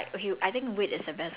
like you very